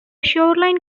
shoreline